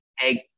egg